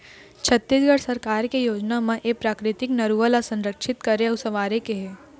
छत्तीसगढ़ सरकार के योजना म ए प्राकृतिक नरूवा ल संरक्छित करे अउ संवारे के हे